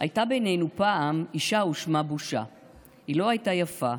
"הייתה בינינו פעם / אישה ושמה בושה./ היא לא הייתה יפה,